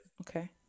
okay